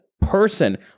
person